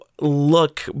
look